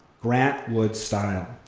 grant wood style,